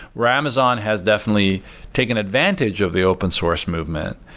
where amazon has definitely taken advantage of the open source movement,